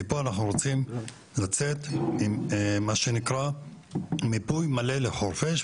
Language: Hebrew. מפה אנחנו רוצים לצאת עם מיפוי מלא לחורפיש,